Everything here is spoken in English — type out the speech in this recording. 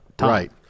Right